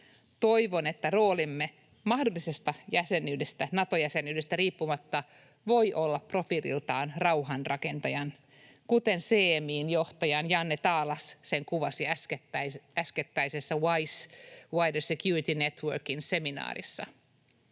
Toivon, että roolimme mahdollisesta Nato-jäsenyydestä riippumatta voi olla profiililtaan rauhanrakentajan, kuten CMI:n johtaja Janne Taalas sen kuvasi äskettäisessä WISEn, Wider Security Networkin, seminaarissa.